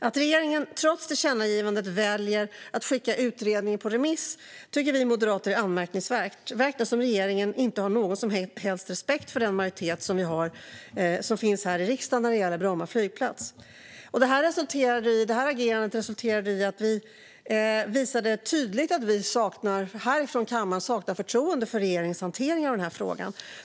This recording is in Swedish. Att regeringen trots tillkännagivandet valde att skicka utredningen på remiss tycker vi moderater är anmärkningsvärt. Det verkar som att regeringen inte har någon som helst respekt för den majoritet som finns här i riksdagen när det gäller Bromma flygplats. Detta agerande resulterade i att vi härifrån kammaren visade tydligt att vi saknar förtroende för regeringens hantering av den här frågan.